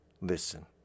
listen